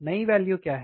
नई वैल्यु क्या है